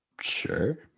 Sure